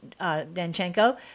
Danchenko